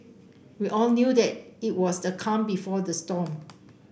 we all knew that it was the calm before the storm